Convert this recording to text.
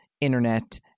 internet